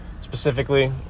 specifically